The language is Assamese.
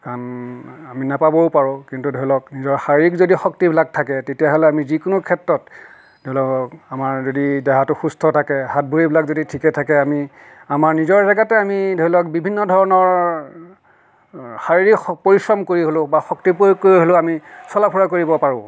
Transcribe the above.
কাৰণ আমি নাপাবও পাৰো কিন্তু ধৰি লওক নিজৰ শাৰীৰিক যদি শক্তিবিলাক থাকে তেতিয়াহ'লে আমি যিকোনো ক্ষেত্ৰত ধৰি লওক আমাৰ যদি দেহাতো সুস্থ থাকে হাত ভৰিবিলাক যদি ঠিকে থাকে আমি আমাৰ নিজৰ জেগাতে আমি ধৰি লওক বিভিন্ন ধৰণৰ শাৰীৰিক পৰিশ্ৰম কৰি হ'লেও বা শক্তি প্ৰয়োগ কৰি হ'লেও আমি চলা ফুৰা কৰিব পাৰোঁ